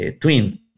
twin